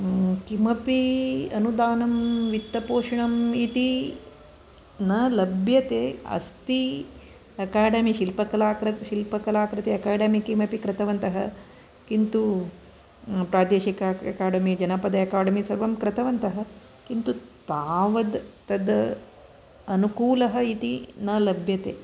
किमपि अनुदानं वित्तपोषणम् इति न लभ्यते अस्ति अकाडेमि शिल्पकलाकृति अकाडेमि किमपि कृतवन्तः किन्तु प्रादेशिक अकाडेमि जनपद अकाडेमि सर्वं कृतवन्तः किन्तु तावद् तद् अनुकूलः इति न लभ्यते